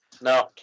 No